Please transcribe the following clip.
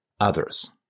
others